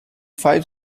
five